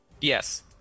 Yes